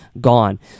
gone